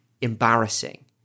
embarrassing